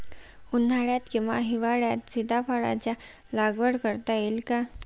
उन्हाळ्यात किंवा हिवाळ्यात सीताफळाच्या लागवड करता येईल का?